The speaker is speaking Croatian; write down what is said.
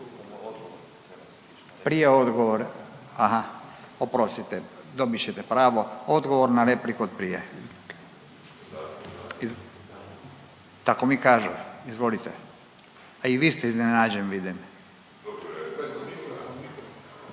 Prije odgovor. Oprostite, dobit ćete pravo. Odgovor na repliku od prije. Tako mi kažu. Izvolite. A i vi ste iznenađen vidim./…